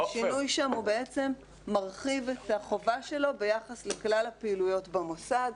השינוי שם מרחיב את החובה שלו ביחס לכלל הפעילויות במוסד.